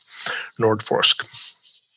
Nordforsk